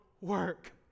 work